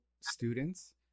students